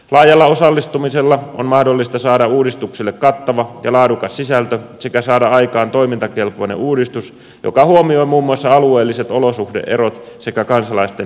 laajalla osallistumisella on mahdollista saada uudistukselle kattava ja laadukas sisältö sekä saada aikaan toteuttamiskelpoinen uudistus joka huomioi muun muassa alueelliset olosuhde erot sekä kansalaisten erityistarpeet